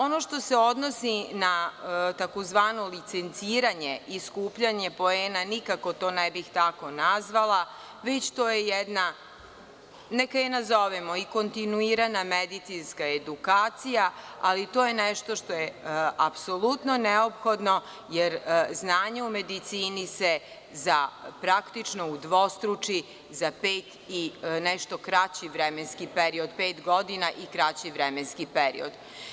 Ono što se odnosi na tzv. licenciranje i skupljanje poena, nikako to ne bih tako nazvala, već je to jedna kontinuirana medicinska edukacija, ali to je nešto što je apsolutno neophodno, jer znanje u medicini se praktično udvostruči za pet godina, čak i za kraći vremenski period.